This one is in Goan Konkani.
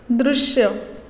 दृश्य